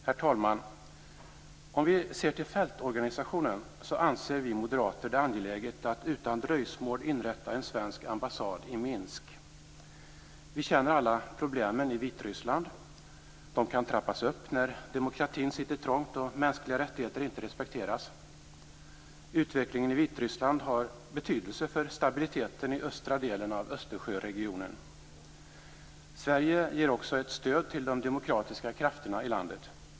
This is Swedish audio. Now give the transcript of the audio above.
Herr talman! Om vi ser till fältorganisationen anser vi moderater att det är angeläget att utan dröjsmål inrätta en svensk ambassad i Minsk. Vi känner alla till problemen i Vitryssland. De kan trappas upp när demokratin sitter trångt och mänskliga rättigheter inte respekteras. Utvecklingen i Vitryssland har betydelse för stabiliteten i östra delen av Östersjöregionen. Sverige ger också ett stöd till de demokratiska krafterna i landet.